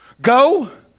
Go